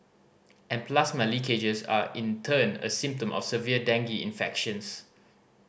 and plasma leakages are in turn a symptom of severe dengue infections